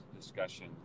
discussion